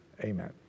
Amen